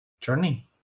journey